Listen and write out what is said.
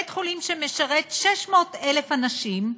בית-חולים שמשרת 600,000 אנשים,